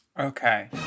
Okay